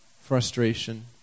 frustration